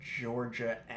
Georgia